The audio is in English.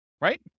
right